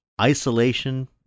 isolation